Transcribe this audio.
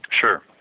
Sure